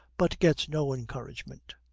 but gets no encouragement.